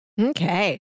okay